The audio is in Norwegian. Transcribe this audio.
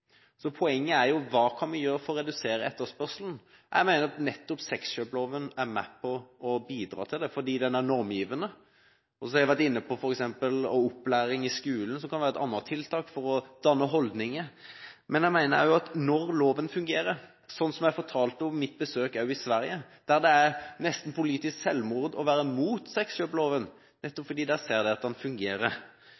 Så spørsmålet er jo: Hva kan vi gjøre for å redusere etterspørselen? Jeg mener at nettopp sexkjøploven er med på å bidra til det, fordi den er normgivende. Jeg har vært inne på f.eks. opplæring i skolen, som kan være et annet tiltak for å skape holdninger. Jeg fortalte om mitt besøk i Sverige, der det er nesten et politisk selvmord å være imot sexkjøploven